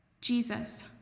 Jesus